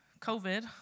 COVID